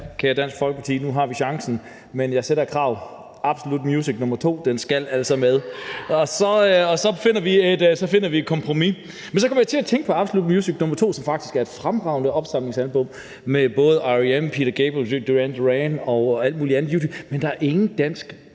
kære Dansk Folkeparti, nu har vi chancen, men jeg stiller et krav om, at »Absolute Music 2« altså skal med, og så finder vi et kompromis. Men så kom jeg til at tænke på »Absolute Music 2«, som faktisk er et fremragende opsamlingsalbum med både R.E.M., Peter Gabriel, Duran Duran og alt muligt andet givtigt, men der er ingen danske